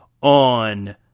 on